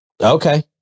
okay